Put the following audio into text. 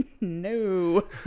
no